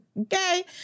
okay